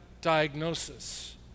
diagnosis